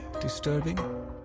disturbing